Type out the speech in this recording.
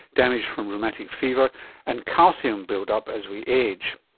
damage from rheumatic fever and calcium build-up as we age.